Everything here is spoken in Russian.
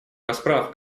расправ